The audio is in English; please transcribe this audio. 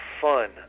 fun